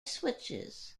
switches